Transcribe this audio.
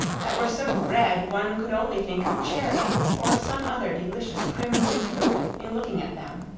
that were so red one could only think of cherries or some other delicious crimson fruit in looking at them.